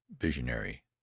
visionary